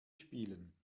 spielen